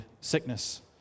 sickness